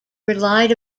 relied